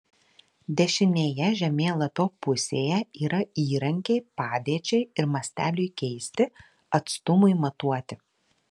dešinėje žemėlapio pusėje yra įrankiai padėčiai ir masteliui keisti atstumui matuoti